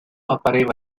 appariva